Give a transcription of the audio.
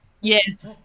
yes